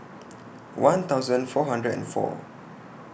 one thousand four hundred and four